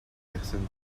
personne